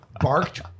barked